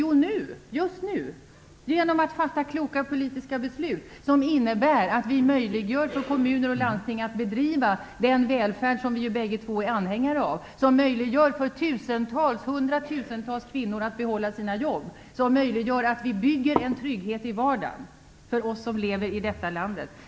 Jo, nu, just nu - genom att fatta kloka politiska beslut, som innebär att vi gör det möjligt för kommuner och landsting att bedriva den välfärd som vi bägge två är anhängare av, som gör det möjligt för hundratusentals kvinnor att behålla sina jobb, som gör det möjligt att bygga en trygghet i vardagen för oss som lever här i landet.